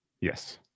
Yes